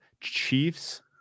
Chiefs